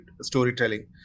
storytelling